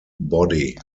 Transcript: body